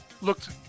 looked